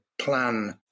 plan